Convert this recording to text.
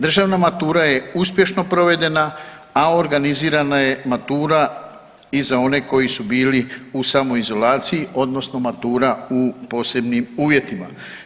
Državna matura je uspješno provedena, a organizirana je matura i za one koji su bili u samoizolaciji odnosno matura u posebnim uvjetima.